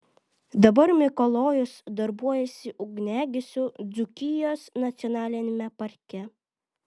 dabar mikalojus darbuojasi ugniagesiu dzūkijos nacionaliniame parke